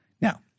Now